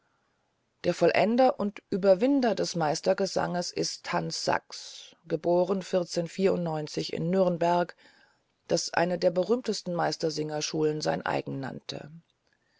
der vollender und überwinder des meistersanges ist hans sachs geboren in nürnberg das eine der berühmtesten meistersingerschulen sein eigen nannte